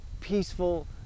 peaceful